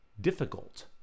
difficult